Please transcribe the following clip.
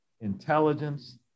intelligence